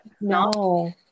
no